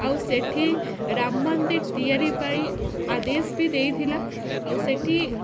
ଆଉ ସେଠି ରାମ ମନ୍ଦିର ତିଆରି ପାଇଁ ଆଦେଶ ବି ଦେଇଥିଲା ଆଉ ସେଠି